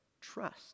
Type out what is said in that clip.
trust